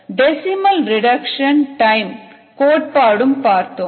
decimal reduction time கோட்பாடும் பார்த்தோம்